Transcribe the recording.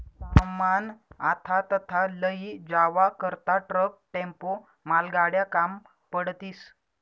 सामान आथा तथा लयी जावा करता ट्रक, टेम्पो, मालगाड्या काम पडतीस